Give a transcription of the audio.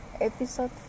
episode